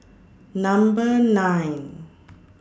Number nine